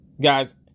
Guys